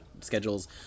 schedules